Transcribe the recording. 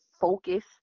focus